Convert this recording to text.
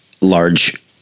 large